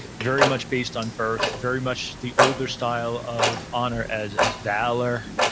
very much based on birth, very much the older style of honor as as valor,